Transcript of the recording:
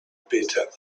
better